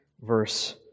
verse